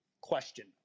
question